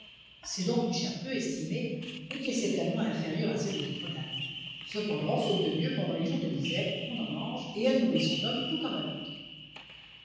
c'est donc une chair peu estimée et qui est certainement inférieure à celle des autres daims cependant faute de mieux pendant les jours de disette on en mange et elle nourrit son homme tout comme un autre